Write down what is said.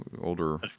Older